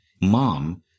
mom